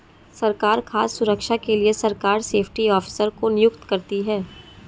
सरकार खाद्य सुरक्षा के लिए सरकार सेफ्टी ऑफिसर को नियुक्त करती है